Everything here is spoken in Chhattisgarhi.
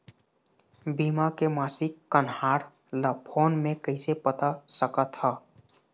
बीमा के मासिक कन्हार ला फ़ोन मे कइसे पता सकत ह?